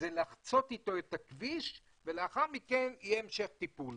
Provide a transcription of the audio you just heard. זה לחצות אתו את הכביש ולאחר מכן יהיה המשך טיפול.